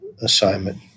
assignment